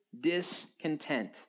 discontent